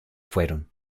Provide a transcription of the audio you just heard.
fueron